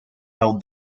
held